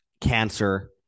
cancer